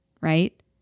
right